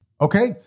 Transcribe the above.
okay